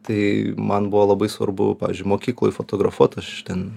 tai man buvo labai svarbu pavyzdžiui mokykloj fotografuot aš ten